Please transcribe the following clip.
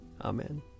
Amen